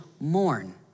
mourn